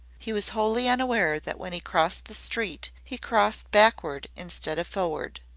he was wholly unaware that when he crossed the street he crossed backward instead of forward.